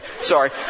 sorry